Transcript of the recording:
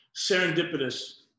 serendipitous